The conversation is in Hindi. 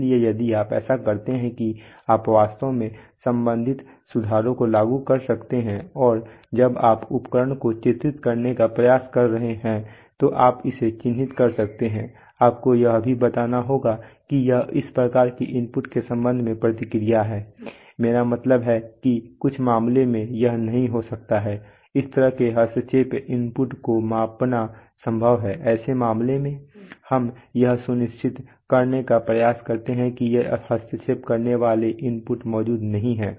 इसलिए यदि आप ऐसा करते हैं कि आप वास्तव में संबंधित सुधारों को लागू कर सकते हैं और जब आप उपकरण को चित्रित करने का प्रयास कर रहे हैं तो आप इसे चिह्नित कर सकते हैं आपको यह भी बताना होगा कि यह इस प्रकार के इनपुट के संबंध में प्रतिक्रिया है मेरा मतलब है कि कुछ मामलों में यह नहीं हो सकता है इस तरह के हस्तक्षेप इनपुट को मापना संभव है ऐसे मामलों में हम यह सुनिश्चित करने का प्रयास करते हैं कि ये हस्तक्षेप करने वाले इनपुट मौजूद नहीं हैं